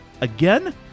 Again